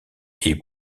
est